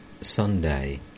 Sunday